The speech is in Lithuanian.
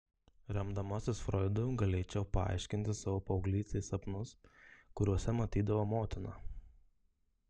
remdamasis froidu galėčiau paaiškinti savo paauglystės sapnus kuriuose matydavau motiną